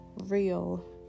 real